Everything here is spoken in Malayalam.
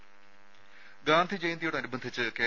ദരദ ഗാന്ധിജയന്തിയോടനുബന്ധിച്ച് കെ